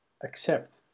accept